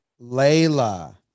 Layla